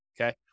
okay